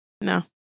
No